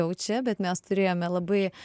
čia bet mes turėjome labai